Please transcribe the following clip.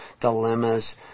dilemmas